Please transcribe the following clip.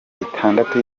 itandatu